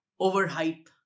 overhype